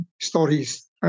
stories